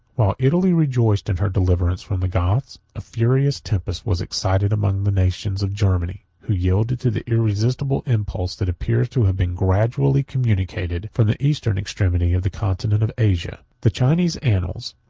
while italy rejoiced in her deliverance from the goths, a furious tempest was excited among the nations of germany, who yielded to the irresistible impulse that appears to have been gradually communicated from the eastern extremity of the continent of asia. the chinese annals,